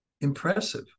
impressive